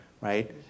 right